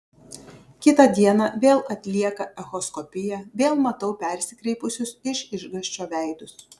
kitą dieną vėl atlieka echoskopiją vėl matau persikreipusius iš išgąsčio veidus